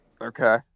Okay